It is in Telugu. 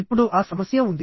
ఇప్పుడు ఆ సమస్య ఉంది